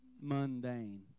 mundane